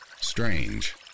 Strange